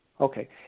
Okay